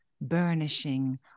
burnishing